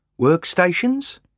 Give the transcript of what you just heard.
Workstations